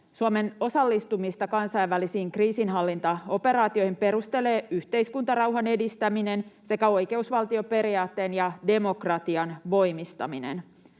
Suomen osallistumista kansainvälisiin kriisinhallintaoperaatioihin perustelevat yhteiskuntarauhan edistäminen sekä oikeusvaltioperiaatteen ja demokratian voimistaminen.